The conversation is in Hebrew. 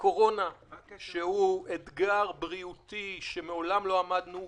קורונה שהוא אתגר בריאותי שמעולם לא עמדנו מולו.